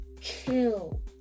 kill